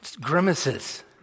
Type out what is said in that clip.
grimaces